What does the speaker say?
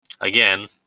again